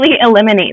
eliminate